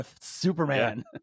Superman